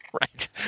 Right